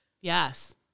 Yes